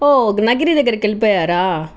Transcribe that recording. ఓహ్ నగిరి దగ్గరికి ఎళ్ళిపోయారా